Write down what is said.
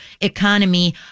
economy